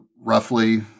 roughly